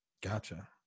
Gotcha